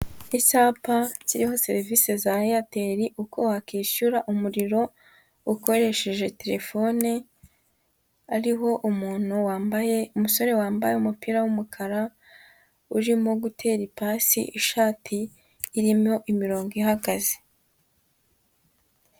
Icyapa cyiriho serivise za airtel uko wakwishyura umuriro ukoresheje telefone, hariho umusore wambaye umupira w'umukara, urimo gutera ipasi ishati irimo imirongo ihagaze.